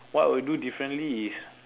what I would do differently is